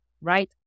right